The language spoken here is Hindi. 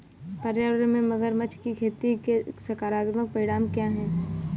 पर्यावरण में मगरमच्छ की खेती के सकारात्मक परिणाम क्या हैं?